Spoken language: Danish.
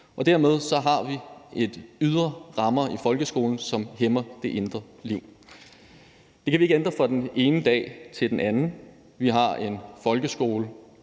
Dermed har vi nogle ydre rammer i folkeskolen, som hæmmer det indre liv. Det kan vi ikke ændre fra den ene dag til den anden. Vi har mange folkeskoler